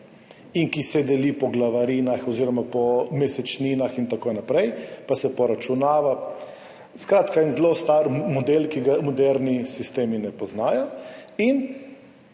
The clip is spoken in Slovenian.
in ki se deli po glavarinah oziroma po mesečninah in tako naprej pa se poračunava. Skratka, en zelo star model, ki ga moderni sistemi ne poznajo. In